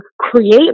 create